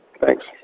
Thanks